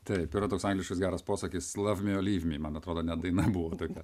taip yra toks angliškas geras posakis lav mi or lyv mi man atrodo net daina buvo tokia